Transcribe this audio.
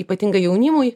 ypatingai jaunimui